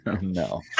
No